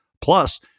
plus